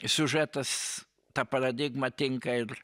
siužetas ta paradigma tinka ir